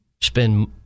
spend